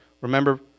Remember